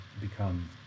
become